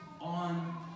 on